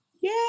Yay